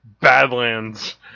Badlands